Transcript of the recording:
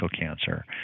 cancer